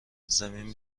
زمین